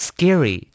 Scary